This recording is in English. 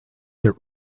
their